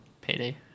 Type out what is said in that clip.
payday